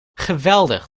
geweldig